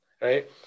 right